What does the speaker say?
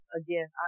again